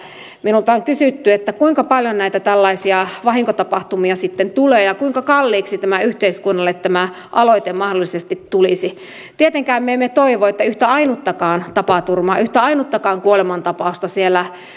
minulta on kysytty kuinka paljon näitä tällaisia vahinkotapahtumia sitten tulee ja kuinka kalliiksi tämä aloite yhteiskunnalle mahdollisesti tulisi tietenkään me emme toivo että yhtä ainuttakaan tapaturmaa yhtä ainuttakaan kuolemantapausta siellä